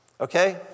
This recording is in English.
Okay